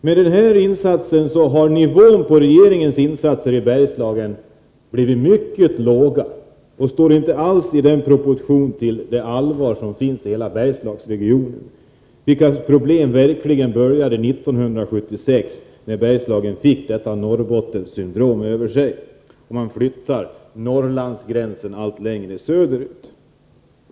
Med detta har regeringens insats i Bergslagen blivit mycket liten och står inte alls i proportion till det allvar som finns i hela Bergslagsregionen, vars problem började 1976 när Bergslagen fick detta Norrbottenssyndrom över sig. Man flyttar Norrlands gränser allt längre söderut.